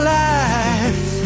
life